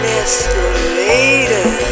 escalator